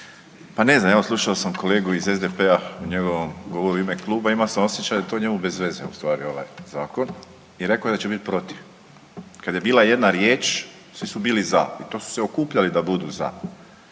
pa ne znam, slušao sam kolegu iz SDP-a u njegovom govoru u ime kluba. Imao sam osjećaj da je to njemu bez veze u stvari ovaj zakon i rekao je da će biti protiv. Kada je bila jedna riječ svi su bili za i to su se okupljali da budu za.